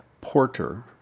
Porter